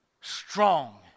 strong